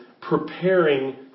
preparing